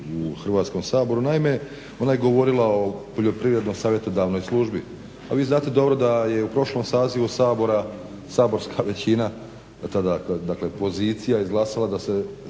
Hrvatskom saboru. Naime, ona je govorila o poljoprivredno-savjetodavnoj službi a vi znate dobro da je u prošlom sazivu Sabora saborska većina, tada dakle pozicija, izglasala da se